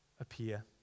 appear